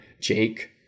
Jake